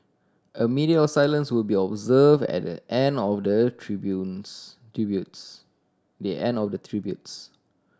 a minute of silence will be observed at the end of the tributes tributes the end of the tributes